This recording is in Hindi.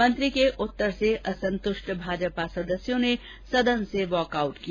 मंत्री के उत्तर से असंतुष्ट भाजपा सदस्यों ने सदन से बहिर्गमन किया